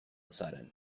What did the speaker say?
sudden